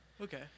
Okay